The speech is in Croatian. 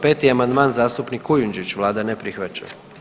5. amandman, zastupnik Kujundžić, Vlada ne prihvaća.